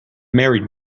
married